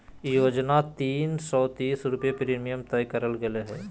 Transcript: योजना तीन सो तीस रुपये प्रीमियम तय करल गेले हइ